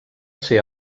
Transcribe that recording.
ser